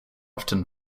often